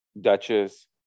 Duchess